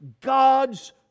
God's